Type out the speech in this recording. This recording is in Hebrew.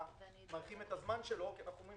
עזוב, אנחנו רוצים את הכול בחקיקה.